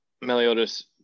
Meliodas